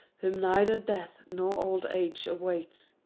whom neither death nor old age awaits.